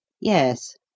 Yes